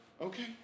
Okay